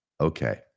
Okay